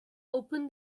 open